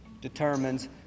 determines